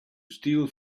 steal